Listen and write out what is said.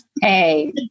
Hey